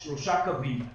שלושה קווים.